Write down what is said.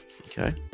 Okay